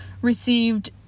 received